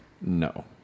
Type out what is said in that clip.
No